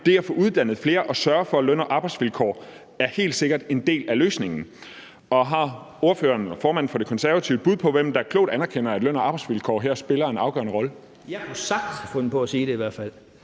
det at få uddannet flere og at sørge for løn- og arbejdsvilkår er helt sikkert en del af løsningen. Har ordføreren og formanden for De Konservative et bud på, hvem der klogt anerkender, at løn- og arbejdsvilkår her spiller en afgørende rolle? Kl. 16:22 Søren Pape Poulsen (KF): Jeg kunne i hvert fald